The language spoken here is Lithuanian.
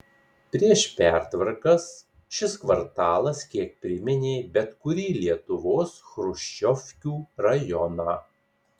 prieš pertvarkas šis kvartalas kiek priminė bet kurį lietuvos chruščiovkių rajoną